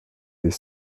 les